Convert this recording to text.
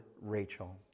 Rachel